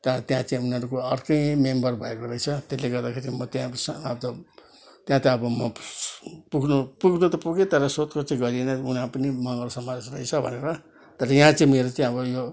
त्यहाँ त्यहाँ चाहिँ अब उनीहरूको अर्कै मेम्बर भएको रहेछ त्यसले गर्दाखेरि चाहिँ म त्यहाँ अब सा त्यहाँ त अब म पुग्नु पुग्न त पुगेँ तर सोधखोज चाहिँ गरिएन उनीहरू पनि मगर समाज रहेछ भनेर तर यहाँ चाहिँ मेरो त्यो अब यो